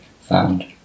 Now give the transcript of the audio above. found